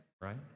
right